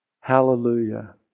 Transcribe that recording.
Hallelujah